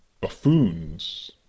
buffoons